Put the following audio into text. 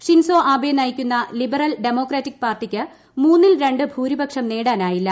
Shinzo Abe നയിക്കുന്ന Liberal Democratic പാർട്ടിക്ക് മൂന്നിൽ രണ്ട് ഭൂരിപക്ഷം നേടാനായില്ല